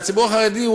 והציבור החרדי,